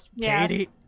Katie